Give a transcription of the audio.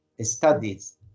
studies